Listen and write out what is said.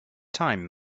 time